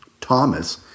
Thomas